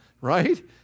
right